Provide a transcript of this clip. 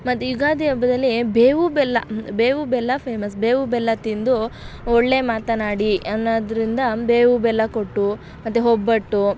ಮತ್ತು ಯುಗಾದಿ ಹಬ್ಬದಲ್ಲಿ ಬೇವು ಬೆಲ್ಲ ಬೇವು ಬೆಲ್ಲ ಫೇಮಸ್ ಬೇವು ಬೆಲ್ಲ ತಿಂದು ಒಳ್ಳೆಯ ಮಾತನಾಡಿ ಅನ್ನೋದರಿಂದ ಬೇವು ಬೆಲ್ಲ ಕೊಟ್ಟು ಮತ್ತು ಒಬ್ಬಟ್ಟು